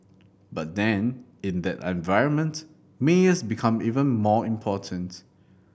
but then in that environment mayors become even more important